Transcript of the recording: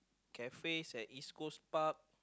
cafe and in school pub